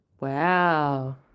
Wow